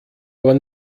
aber